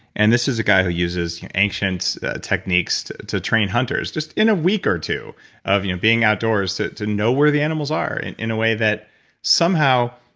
and this is a guy who uses ancient techniques to train hunters just in a week or two of you know being outdoors to to know where the animals are and in a way that somehow,